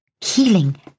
healing